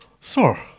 Sir